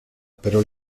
pero